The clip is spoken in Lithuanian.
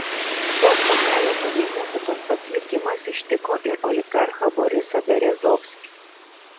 vos po keleto mėnesių tas pats likimas ištiko ir oligarchą borisą berezovskį